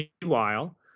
meanwhile